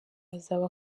azaba